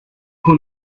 who